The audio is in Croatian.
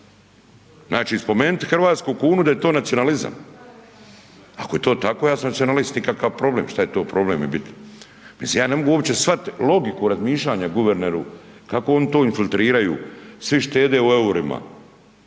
Znači, spomenuti hrvatsku kunu da je to nacionalizam? Ako je to tako ja sam nacionalist i kakav problem. Što je to problem biti? Mislim ja ne mogu uopće shvatiti logiku razmišljanja guverneru kako oni to infiltriraju, svi štede u eurima.